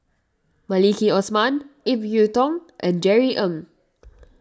Maliki Osman Ip Yiu Tung and Jerry Ng